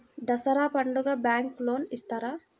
దసరా పండుగ bank loan ఇస్తారా?